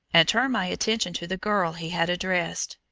and turn my attention to the girl he had addressed,